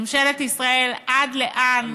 ממשלת ישראל, עד לאן